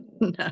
no